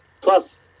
Plus